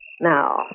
Now